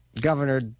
Governor